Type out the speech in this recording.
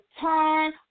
turn